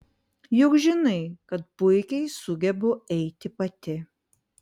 juk žinai kad puikiai sugebu eiti pati